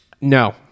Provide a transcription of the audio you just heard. No